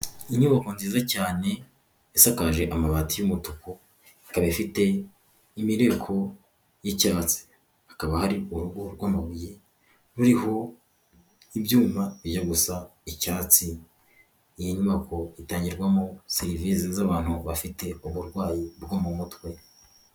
Inyubako nziza cyane isakaje amabati y'umutuku ikabifite imireko y'icyatsi hakaba hari urugo rw'amabuye ruho ibyuma iyo gusa icyatsi n'inyubako itangirwamo serivisi z'abantu bafite uburwayi bwo mu mutwe.